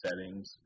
settings